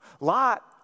Lot